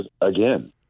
again